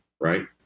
Right